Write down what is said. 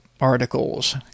articles